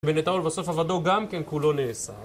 בנתאול בסוף עבדו גם כן כולו נעשה